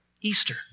Easter